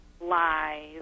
lies